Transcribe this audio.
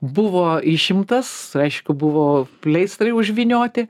buvo išimtas aišku buvo pleistrai užvynioti